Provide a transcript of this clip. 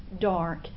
dark